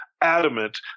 adamant